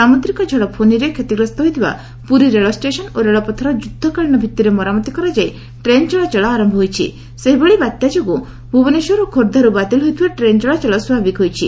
ସାମୁଦ୍ରିକ ଝଡ଼ ଫୋନିରେ କ୍ଷତିଗ୍ରସ୍ଠ ହୋଇଥିବା ପୁରୀ ରେଳଷେସନ୍ ଓ ରେଳପଥର ଯୁଦ୍ଧକାଳୀନ ଭିଭିରେ ମରାମତି କରାଯାଇ ଟ୍ରେନ୍ ଚଳାଚଳ ଆର ସେହିଭଳି ବାତ୍ୟା ଯୋଗୁଁ ଭୁବନେଶ୍ୱର ଓ ଖୋର୍ଦ୍ଧାରୁ ବାତିଲ ହୋଇଥିବା ଟ୍ରେନ୍ ଚଳାଚଳ ସ୍ୱାଭାବିକ ହୋଇଛି